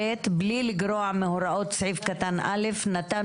"(ב)בלי לגרוע מהוראות סעיף קטן (א) נתן